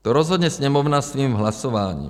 To rozhodne Sněmovna svým hlasováním.